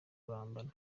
kurambana